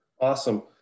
Awesome